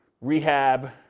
rehab